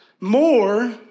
more